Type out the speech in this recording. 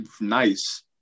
nice